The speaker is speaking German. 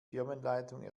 firmenleitung